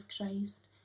Christ